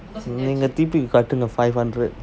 நீங்கதிருப்பிகட்டுங்க:neenka thiruppi kattunka five hundred